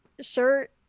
shirt